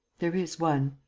there is one,